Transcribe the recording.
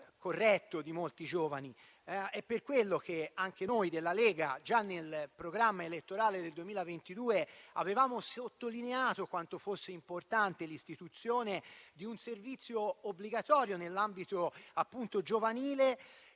corretto di molti di loro. Noi della Lega, già nel programma elettorale del 2022, abbiamo sottolineato quanto sia importante l'istituzione di un servizio obbligatorio nell'ambito giovanile,